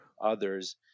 others